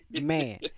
Man